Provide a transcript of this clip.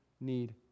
need